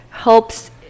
helps